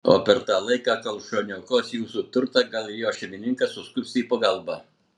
o per tą laiką kol šuo niokos jūsų turtą gal ir jo šeimininkas suskubs į pagalbą